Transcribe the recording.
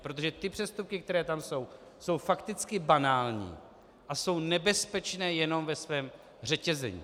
Protože ty přestupky, které tam jsou, jsou fakticky banální a jsou nebezpečné jenom ve svém řetězení.